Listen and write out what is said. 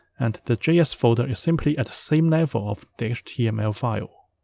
and the js folder is simply at the same level of the html file.